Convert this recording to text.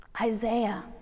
Isaiah